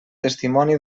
testimoni